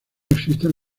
existen